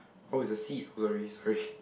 oh it's a seat sorry sorry